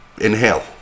inhale